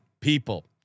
people